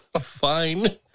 Fine